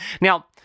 Now